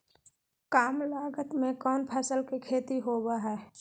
काम लागत में कौन फसल के खेती होबो हाय?